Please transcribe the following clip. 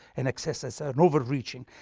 an excess is an overreaching,